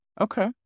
Okay